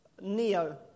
Neo